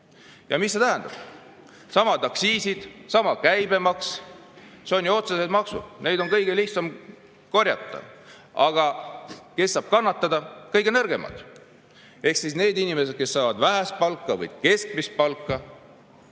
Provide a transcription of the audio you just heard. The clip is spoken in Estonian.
Ja mis see tähendab? Needsamad aktsiisid, seesama käibemaks – need on ju otsesed maksud, neid on kõige lihtsam korjata. Aga kes saab kannatada? Kõige nõrgemad ehk siis need inimesed, kes saavad vähest palka või keskmist palka.